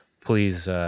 please